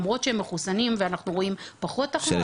למרות שהם מחוסנים ואנחנו רואים פחות תחלואה,